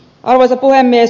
arvoisa puhemies